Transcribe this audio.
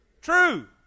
true